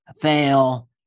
fail